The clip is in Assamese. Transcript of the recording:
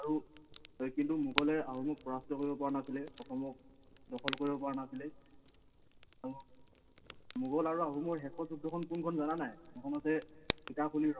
আৰু কিন্তু মোগলে আহোমক পৰাস্ত্ৰ কৰিব পৰা নাছিলে অসমক দখল কৰিব পৰা নাছিলে আৰু মোগল আৰু আহোমৰ শেষত যুদ্ধখন কোনখন জানা নাই সেইখন হৈছে ইটাখুলিৰ ৰণ